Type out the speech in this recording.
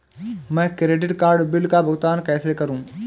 मैं credit card bill का भुगतान कैसे करूं?